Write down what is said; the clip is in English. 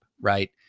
right